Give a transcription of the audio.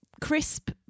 crisp